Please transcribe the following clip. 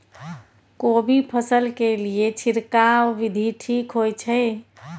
कोबी फसल के लिए छिरकाव विधी ठीक होय छै?